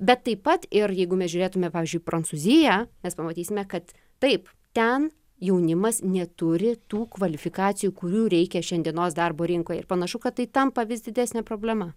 bet taip pat ir jeigu mes žiūrėtume pavyzdžiui prancūzija nes pamatysime kad taip ten jaunimas neturi tų kvalifikacijų kurių reikia šiandienos darbo rinkoje ir panašu kad tai tampa vis didesne problema